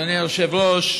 אדוני היושב-ראש,